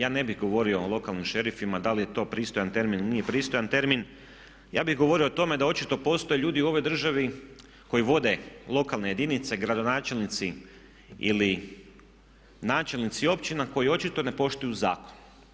Ja ne bih govorio o lokalnim šerifima, da li je to pristojan termin ili nije pristojan termin, ja bih govorio o tome da očito postoje ljudi u ovoj državi koji vode lokalne jedinice, gradonačelnici ili načelnici općina koji očito ne poštuju zakon.